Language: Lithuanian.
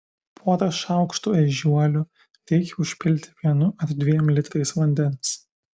porą šaukštų ežiuolių reikia užpilti vienu ar dviem litrais vandens